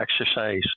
exercise